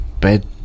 bed